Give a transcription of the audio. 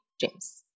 James